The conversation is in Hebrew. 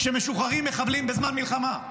כשמשוחררים מחבלים בזמן מלחמה.